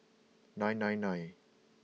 nine nine nine